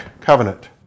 covenant